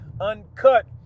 Uncut